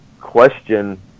question